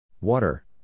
Water